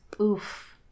oof